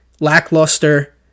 lackluster